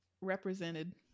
represented